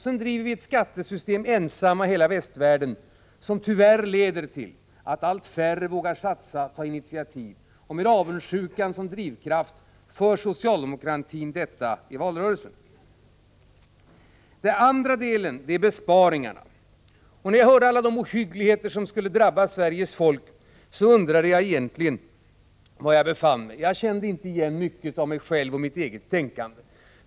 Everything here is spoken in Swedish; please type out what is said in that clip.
Vi har i Sverige, ensamma i hela västvärlden, ett skattesystem som tyvärr leder till att allt färre människor vågar och satsa och ta initiativ. Med avundsjukan som drivkraft talar socialdemokratin för detta system i valrörelsen. För det andra berörde statsministern besparingarna. När jag hörde talas om alla de ohyggligheter som skulle drabba Sveriges folk undrade jag var jag egentligen befann mig. Jag kände inte igen mycket av mig själv och mitt eget tänkande.